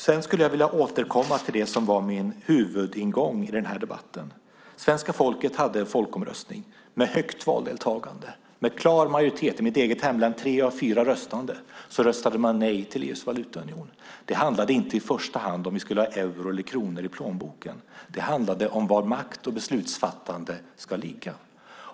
Jag skulle vilja återkomma till det som var min huvudingång i debatten. Svenska folket hade en folkomröstning med högt valdeltagande och en klar majoritet. I mitt eget hemlän var det tre av fyra röstande som röstade nej till EU:s valutaunion. Det handlade inte i första hand om vi skulle ha euro eller kronor i plånboken, utan det handlade om var makt och beslutsfattande ska ligga.